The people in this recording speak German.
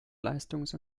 leistungs